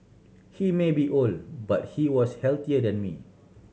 he may be old but he was healthier than me